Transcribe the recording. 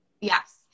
Yes